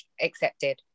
accepted